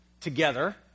together